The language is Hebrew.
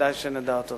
כדאי שנדע את זה.